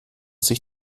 sich